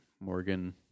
Morgan